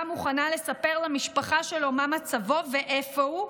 מוכנה לספר למשפחה שלו מה מצבו ואיפה הוא,